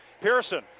Pearson